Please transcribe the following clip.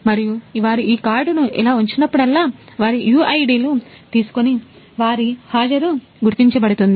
మరియు వారు ఈ కార్డును ఇలా ఉంచినప్పుడల్లా వారి UID లు తీసుకొని మరియు వారి హాజరు గుర్తించబడుతుంది